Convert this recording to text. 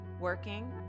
working